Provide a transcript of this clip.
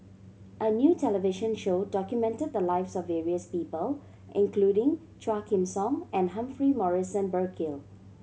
a new television show documented the lives of various people including Quah Kim Song and Humphrey Morrison Burkill